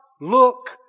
look